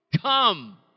Come